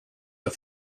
are